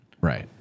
Right